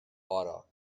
aura